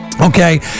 Okay